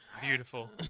beautiful